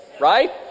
right